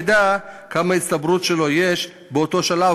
ידע איזו הצטברות יש לו באותו שלב,